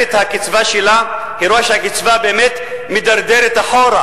את הקצבה שלה ורואה שהקצבה מידרדרת אחורה.